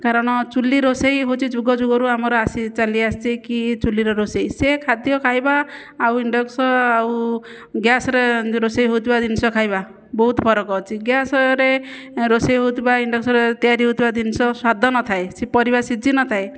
କାରଣ ଚୁଲି ରୋଷେଇ ହେଉଛି ଯୁଗଯୁଗରୁ ଆମର ଆସି ଚାଲି ଆସିଛି କି ଚୁଲିର ରୋଷେଇ ସେ ଖାଦ୍ୟ ଖାଇବା ଆଉ ଇଣ୍ଡକ୍ସନ ଆଉ ଗ୍ୟାସ୍ରେ ରୋଷେଇ ହେଉଥିବା ଜିନିଷ ଖାଇବା ବହୁତ ଫରକ ଅଛି ଗ୍ୟାସ୍ରେ ରୋଷେଇ ହେଉଥିବା ଇଣ୍ଡକ୍ସନରେ ତିଆରି ହେଉଥିବା ଜିନିଷ ସ୍ଵାଦ ନଥାଏ ସେ ପରିବା ସିଝିନଥାଏ